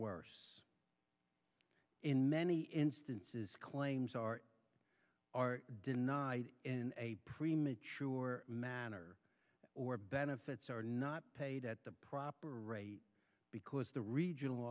worse in many instances claims are denied in a premature manner or benefits are not paid at the proper rate because the regional